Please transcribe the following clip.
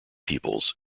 peoples